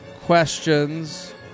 questions